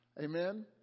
Amen